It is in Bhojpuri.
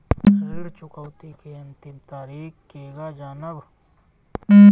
ऋण चुकौती के अंतिम तारीख केगा जानब?